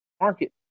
market